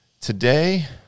today